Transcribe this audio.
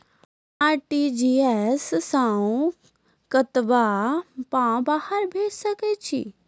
RTGS सअ कतबा पाय बाहर भेज सकैत छी?